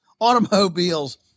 automobiles